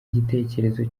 igitekerezo